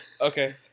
Okay